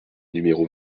numéro